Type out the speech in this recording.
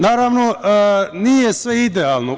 Naravno, nije sve idealno.